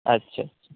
اچھا اچھا